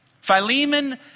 Philemon